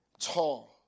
tall